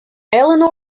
elinor